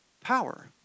power